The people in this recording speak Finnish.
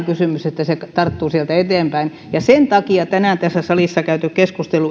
kysymys että se tarttuu sieltä eteenpäin ja sen takia tänään tässä salissa käyty keskustelu